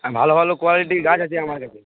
হ্যাঁ ভালো ভালো কোয়ালিটির গাছ আছে আমার কাছে